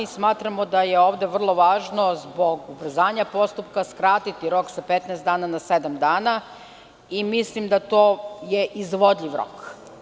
Smatramo da je ovde vrlo važno zbog ubrzanja postupka skratiti rok sa 15 na sedam dana i mislim da je to izvodljiv rok.